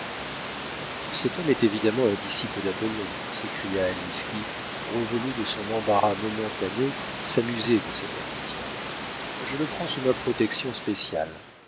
cet homme est évidemment un disciple d'apollon s'écria alice qui revenue de son embarras momentané s'amusait de cet entretien je le prends sous ma protection spéciale